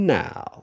now